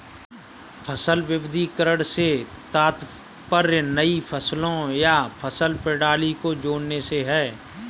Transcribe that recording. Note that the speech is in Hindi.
फसल विविधीकरण से तात्पर्य नई फसलों या फसल प्रणाली को जोड़ने से है